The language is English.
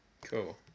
Cool